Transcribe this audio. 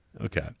Okay